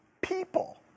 people